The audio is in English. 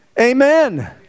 Amen